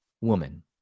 woman